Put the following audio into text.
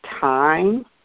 time